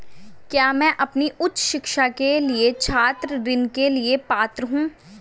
क्या मैं अपनी उच्च शिक्षा के लिए छात्र ऋण के लिए पात्र हूँ?